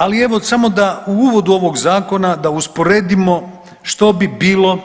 Ali evo samo da u uvodu ovoga Zakona da usporedimo što bi bilo